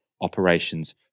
operations